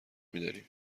میداریم